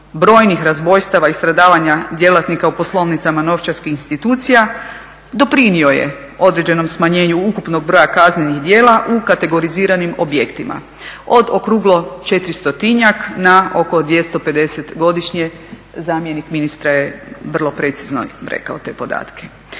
brojnih razbojstava i stradavanja djelatnika u poslovnicama novčarskih institucija doprinio je određenom smanjenju ukupnog broja kaznenih djela u kategoriziranim objektima. Od okruglo 400-njak na oko 250 godišnje, zamjenik ministra je vrlo precizno rekao te podatke.